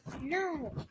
No